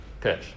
pitch